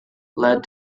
led